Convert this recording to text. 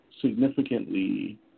significantly